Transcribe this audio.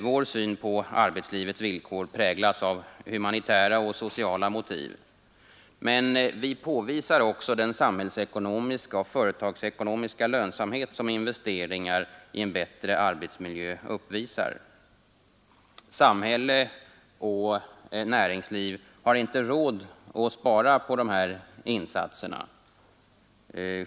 Vår syn på arbetslivets villkor präglas av humanitära och sociala motiv, men vi påvisar också den samhällsekonomiska och företagsekonomiska lönsamhet som investeringar i en bättre arbetsmiljö uppvisar. Samhälle och näringsliv har inte råd att spara på de här insatserna.